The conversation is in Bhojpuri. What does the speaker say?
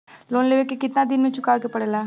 लोन लेवे के कितना दिन मे चुकावे के पड़ेला?